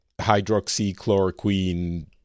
hydroxychloroquine